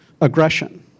aggression